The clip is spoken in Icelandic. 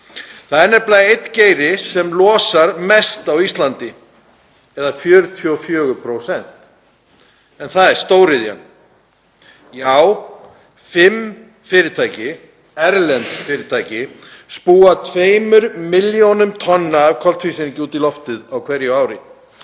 Það er nefnilega einn geiri sem losar mest á Íslandi eða 44%, en það er stóriðjan. Já, fimm fyrirtæki, erlend fyrirtæki, spúa 2 milljónum tonna af koltvísýringi út í loftið á hverju ári.